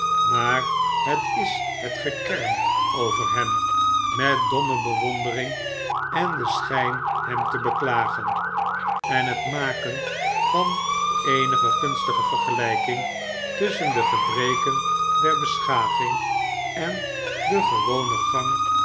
maar het is het gekerm over hem met domme bewondering en de schjjn hem te beklagen en het maken van eenige gunstige vergeltjking tusschen de gebreken der bescbaving en den gewonen gang